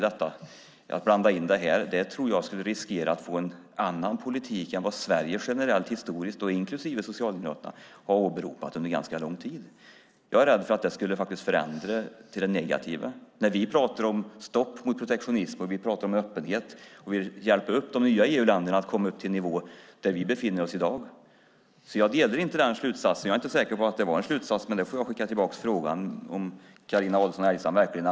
Det tror jag riskerar att skapa en annan politik än vad Sverige generellt historiskt, inklusive Socialdemokraterna, har åberopat under lång tid. Jag är rädd för att det blir en förändring till det negativa. Vi pratar om stopp för protektionism och vi pratar för öppenhet, att hjälpa de nya EU-länderna att nå upp till den nivå vi befinner oss på i dag. Jag instämmer inte i den slutsatsen. Jag är inte säker på att det var en slutsats, men jag får skicka tillbaka frågan till Carina Adolfsson Elgestam.